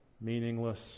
meaningless